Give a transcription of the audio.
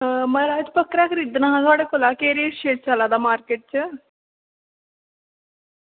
बक्करा खरीदना हा थुआढ़े कशा केह् रेट चला करदा मार्किट च